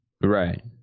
right